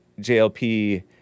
JLP